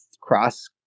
cross